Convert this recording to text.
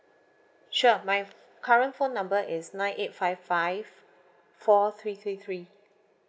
sure my current phone number is nine eight five five four three three three